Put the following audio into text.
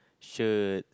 shirt